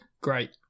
great